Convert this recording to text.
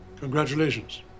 Congratulations